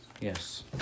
Yes